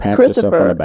Christopher